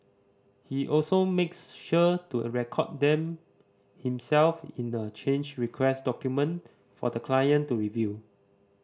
he also makes sure to record them himself in a change request document for the client to review